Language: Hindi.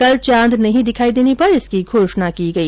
कल चांद नहीं दिखाई देने पर इसकी घोषणा की गई